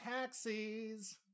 taxis